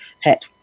head